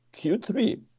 Q3